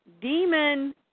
demon